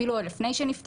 אפילו עוד לפני שנפתח.